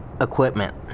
Equipment